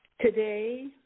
Today